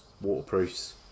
waterproofs